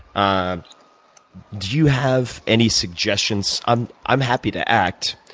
um do you have any suggestions? i'm i'm happy to act.